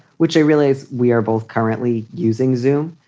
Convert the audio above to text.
which i realize we are both currently using zoom.